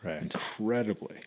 incredibly